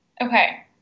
Okay